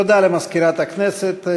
תודה למזכירת הכנסת.